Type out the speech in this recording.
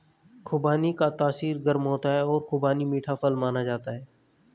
खुबानी का तासीर गर्म होता है और खुबानी मीठा फल माना जाता है